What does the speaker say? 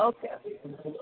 okay